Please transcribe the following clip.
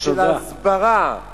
של ההסברה, תודה.